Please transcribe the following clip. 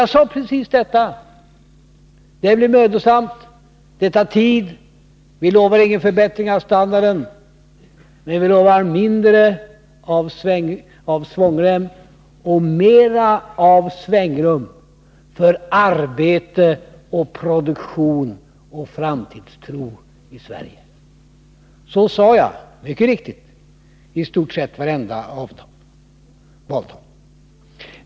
Jag sade bl.a. att det blir mödosamt, det tar tid och att vi inte lovar någon förbättring av standarden. Men vi lovar mindre av svångrem och mera av svängrum för arbete, produktion och framtidstro i Sverige. Så sade jag mycket riktigt i stort sett i varje valtal.